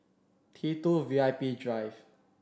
T Two V I P Drive